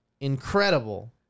incredible